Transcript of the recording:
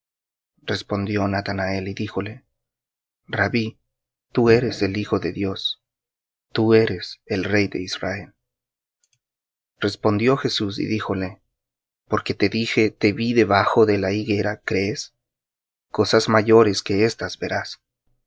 respondió natanael y díjole rabbí tú eres el hijo de dios tú eres el rey de israel respondió jesús y díjole porque te dije te vi debajo de la higuera crees cosas mayores que éstas verás